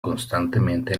constantemente